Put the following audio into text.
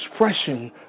expression